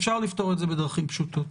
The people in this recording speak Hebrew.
אפשר לפתור את זה בדרכים פשוטות,